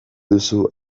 duzu